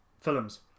films